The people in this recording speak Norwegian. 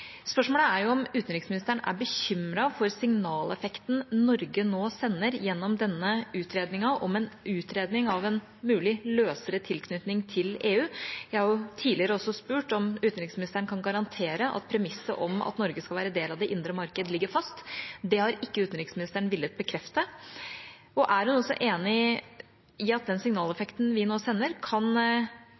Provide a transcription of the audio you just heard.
Spørsmålet er om utenriksministeren er bekymret for signaleffekten Norge nå sender gjennom denne utredningen, om en utredning av en mulig løsere tilknytning til EU. Jeg har tidligere også spurt om utenriksministeren kan garantere at premisset om at Norge skal være del av det indre marked, ligger fast. Det har ikke utenriksministeren villet bekrefte. Er hun også enig i at den signaleffekten vi nå sender, kan